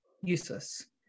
useless